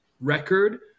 record